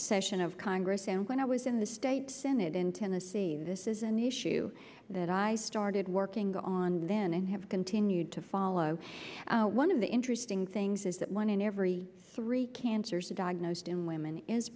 session of congress and when i was in the state senate in tennessee this is an issue that i started working on then and have continued to follow one of the interesting things is that one in every three cancers are diagnosed in women